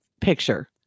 picture